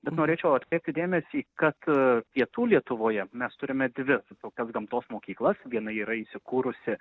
bet norėčiau atkreipti dėmesį kad pietų lietuvoje mes turime dvi tokias gamtos mokyklas viena yra įsikūrusi